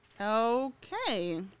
Okay